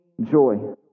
joy